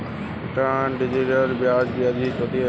term deposit में आपके deposit पर आपको ब्याज़ अर्जित होता है